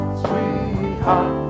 sweetheart